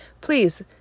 Please